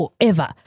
forever